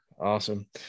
Awesome